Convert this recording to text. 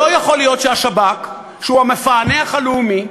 לא יכול להיות שהשב"כ, שהוא המפענח הלאומי,